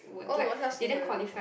oh got such thing [one] ah